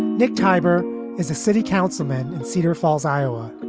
nick tyber is a city councilman in cedar falls, iowa.